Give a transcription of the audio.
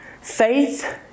Faith